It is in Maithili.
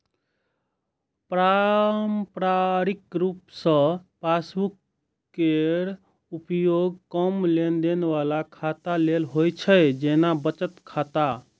पारंपरिक रूप सं पासबुक केर उपयोग कम लेनदेन बला खाता लेल होइ छै, जेना बचत खाता